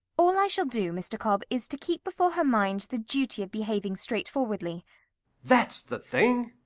all i shall do, mr. cobb, is to keep before her mind the duty of behaving straightforwardly that's the thing!